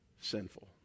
sinful